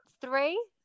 Three